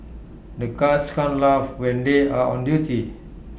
the guards can't laugh when they are on duty